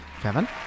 Kevin